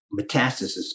metastasis